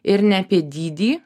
ir ne apie dydį